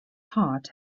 heart